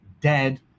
dead